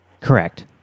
Correct